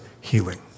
healing